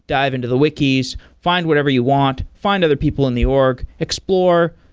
dive into the wikis, find whatever you want, find other people in the org, explore.